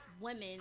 women